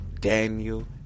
daniel